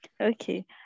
Okay